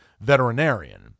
veterinarian